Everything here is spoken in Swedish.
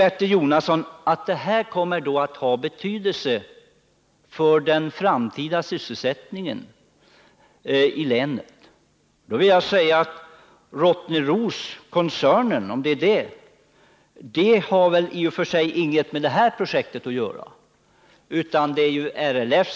Bertil Jonasson säger att detta kommer att ha betydelse för den framtida elsättningen i länet. Men Rottneroskoncernen har väl i och för sig inte någonting att göra med det här projektet.